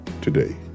today